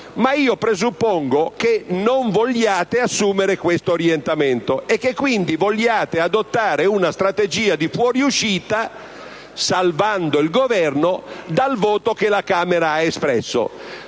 Ma io presuppongo che non vogliate assumere questo orientamento e che quindi vogliate adottare una strategia di fuoriuscita, salvando il Governo dal voto che la Camera ha espresso.